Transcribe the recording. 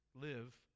Live